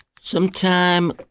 Sometime